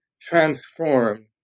transform